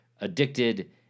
addicted